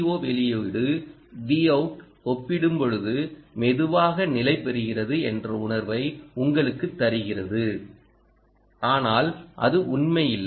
ஓ வெளியீடு Vout ஒப்பிடும்போது மெதுவாக நிலைபெறுகிறது என்ற உணர்வை உங்களுக்கு தருகிறது ஆனால் அது உண்மை இல்லை